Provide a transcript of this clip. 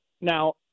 Now